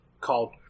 called